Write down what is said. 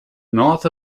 north